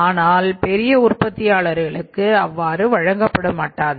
ஆனால் பெரிய உற்பத்தியாளர்களுக்கு அவ்வாறு வழங்கப்பட மாட்டாது